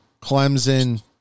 Clemson